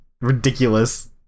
ridiculous